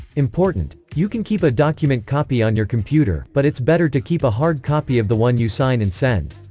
important you can keep a document copy on your computer, but it's better to keep a hard copy of the one you sign and send.